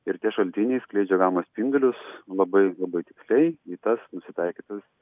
ir tie šaltiniai skleidžia gama spindulius labai labai tiksliai į tas nusitaikytas